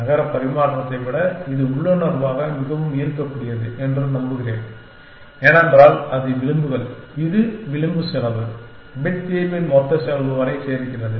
நகர பரிமாற்றத்தை விட இது உள்ளுணர்வாக மிகவும் ஈர்க்கக்கூடியது என்று நம்புகிறேன் ஏனென்றால் அது விளிம்புகள் இது விளிம்பு செலவு பிட் தீர்வின் மொத்த செலவு வரை சேர்க்கிறது